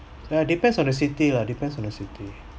ya depends on the city lah depends on the city